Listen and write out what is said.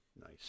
Nice